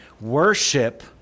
Worship